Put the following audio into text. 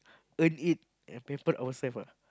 earn it and pamper ourselves ah